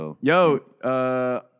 Yo